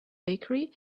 bakery